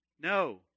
No